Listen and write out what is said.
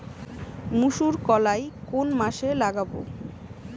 মুসুরকলাই কোন মাসে লাগাব?